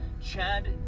Chad